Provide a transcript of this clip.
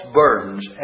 burdens